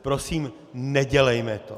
Prosím, nedělejme to!